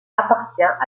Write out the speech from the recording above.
appartient